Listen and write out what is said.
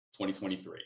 2023